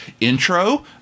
intro